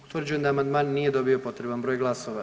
Utvrđujem da amandman nije dobio potreban broj glasova.